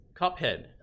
cuphead